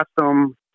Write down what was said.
Custom